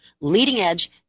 leading-edge